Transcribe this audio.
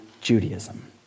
Judaism